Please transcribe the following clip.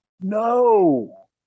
No